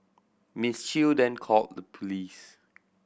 Miss Chew then called the police